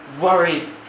worry